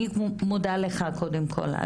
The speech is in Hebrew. אני מודה לך קודם כל,